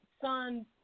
son